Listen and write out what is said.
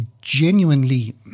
genuinely